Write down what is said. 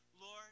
Lord